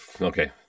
okay